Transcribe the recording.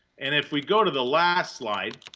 and, if we go to the last slide,